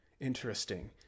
Interesting